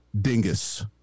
Dingus